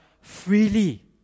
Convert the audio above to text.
freely